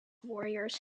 warriors